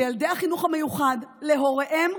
לילדי החינוך המיוחד ולהוריהם,